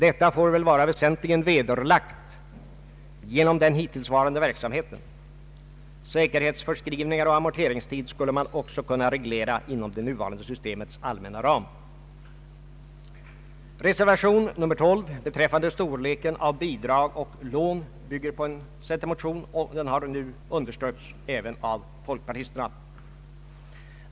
Detta får väl vara väsentligen vederlagt genom den hittillsvarande verksamheten. Säkerhetsföreskrivningar och <amorteringstid skulle man också kunna reglera inom det nuvarande systemets allmänna ram. Reservation 12 beträffande storleken av bidrag och lån bygger på en centermotion, och den har nu understötts även av folkpartisterna.